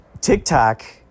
TikTok